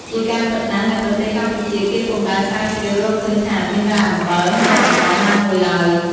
ជាការពិតណាស់ នៅប្រទេសកម្ពុជាគេពុំដែលស្រាវជ្រាវរកឃើញថាមានរ៉ែអំបិល នៅតំបន់ណាមួយឡើយ។